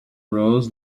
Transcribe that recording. rose